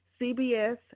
CBS